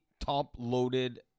top-loaded